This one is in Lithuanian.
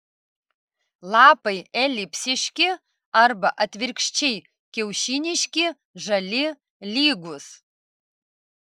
lapai elipsiški arba atvirkščiai kiaušiniški žali lygūs